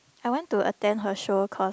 I want to attend her show because